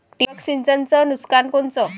ठिबक सिंचनचं नुकसान कोनचं?